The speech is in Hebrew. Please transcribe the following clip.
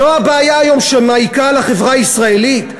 זו הבעיה שמעיקה היום על החברה הישראלית?